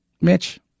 Mitch